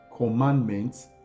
Commandments